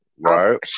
right